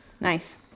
nice